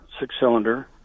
six-cylinder